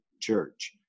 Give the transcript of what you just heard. church